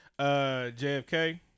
JFK